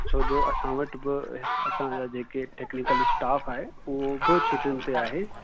छो जो असां वटि बि असांजा जेके टैक्निकल स्टाफ़ आहे उहो बि छुटियुनि ते आहे